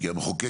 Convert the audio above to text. זה זז יום אחרי,